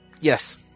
Yes